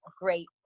great